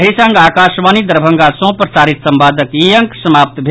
एहि संग आकाशवाणी दरभंगा सँ प्रसारित संवादक ई अंक समाप्त भेल